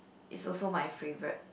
is also my favourite